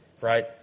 Right